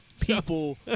people